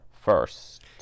first